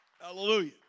Hallelujah